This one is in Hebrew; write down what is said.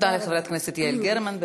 תודה לחברת הכנסת יעל גרמן.